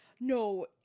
no